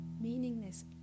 meaningless